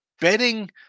betting